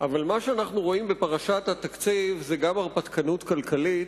אבל מה שאנחנו רואים בפרשת התקציב זה גם הרפתקנות כלכלית,